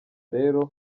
rero